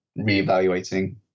reevaluating